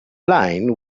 line